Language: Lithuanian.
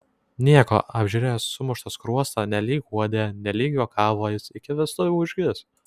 nieko apžiūrėjęs sumuštą skruostą nelyg guodė nelyg juokavo jis iki vestuvių užgis